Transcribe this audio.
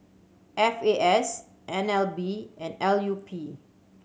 F A S N L B and L U P